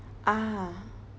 ah